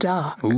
Dark